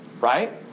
right